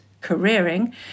careering